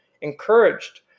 encouraged